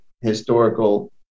historical